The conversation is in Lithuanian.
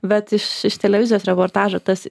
bet iš iš televizijos reportažo tas